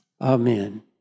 Amen